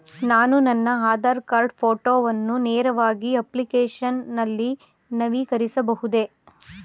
ನಾನು ನನ್ನ ಆಧಾರ್ ಕಾರ್ಡ್ ಫೋಟೋವನ್ನು ನೇರವಾಗಿ ಅಪ್ಲಿಕೇಶನ್ ನಲ್ಲಿ ನವೀಕರಿಸಬಹುದೇ?